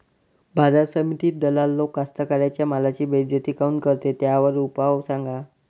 बाजार समितीत दलाल लोक कास्ताकाराच्या मालाची बेइज्जती काऊन करते? त्याच्यावर उपाव सांगा